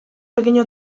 pequeño